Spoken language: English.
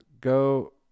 go